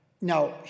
Now